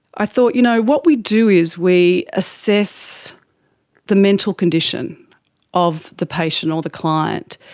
i thought, you know, what we do is we assess the mental condition of the patient or the client,